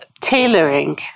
tailoring